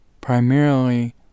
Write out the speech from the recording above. primarily